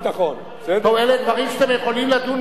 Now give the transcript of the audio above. אלה דברים שאתם יכולים לדון עליהם בישיבות סיעה,